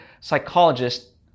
psychologist